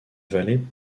vallée